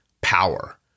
power